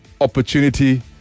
opportunity